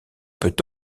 peut